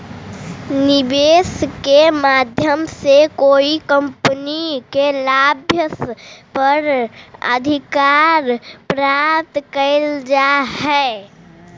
निवेश के माध्यम से कोई कंपनी के लाभांश पर अधिकार प्राप्त कैल जा हई